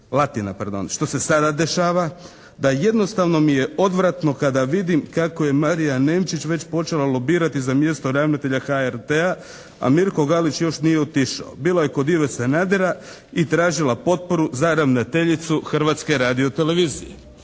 što se sada dešava da jednostavno mi je odvratno kada vidim kako je Marija Nemčić već počela lobirati za mjesto ravnatelja HRT-a a Mirko Galić još nije otišao. Bila je kod Ive Sanadera i tražila potporu za ravnateljicu Hrvatske radio-televizije.